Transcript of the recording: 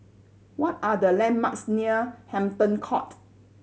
what are the landmarks near Hampton Court